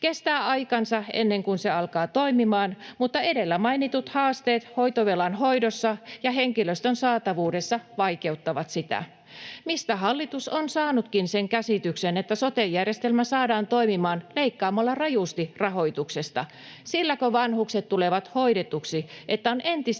Kestää aikansa ennen kuin se alkaa toimimaan, mutta edellä mainitut haasteet hoitovelan hoidossa ja henkilöstön saatavuudessa vaikeuttavat sitä. Mistä hallitus on saanutkin sen käsityksen, että sote-järjestelmä saadaan toimimaan leikkaamalla rajusti rahoituksesta? Silläkö vanhukset tulevat hoidetuiksi, että on entistä